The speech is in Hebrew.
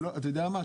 ואתה יודע מה,